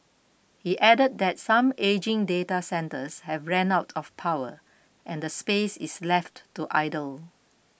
he added that some ageing data centres have ran out of power and the space is left to idle